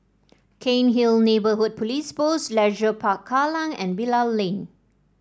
Cairnhill Neighbourhood Police Post Leisure Park Kallang and Bilal Lane